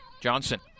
Johnson